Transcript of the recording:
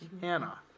Hannah